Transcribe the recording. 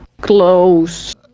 close